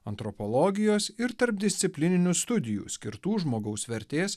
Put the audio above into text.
antropologijos ir tarpdisciplininių studijų skirtų žmogaus vertės